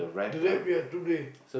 today ya today